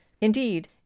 indeed